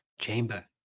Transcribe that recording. Chamber